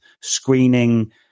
screening